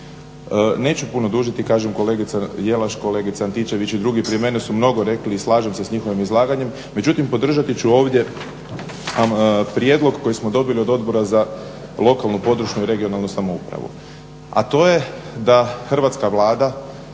Neću puno dužiti. Kaže kolegica Jelaš, kolegica Antičević i drugi prije mene su mnogo rekli i slažem se s njihovim izlaganjem. Međutim, podržati ću ovdje prijedlog koji smo dobili od Odbora za lokalnu, područnu i regionalnu samoupravu, a to je da hrvatska Vlada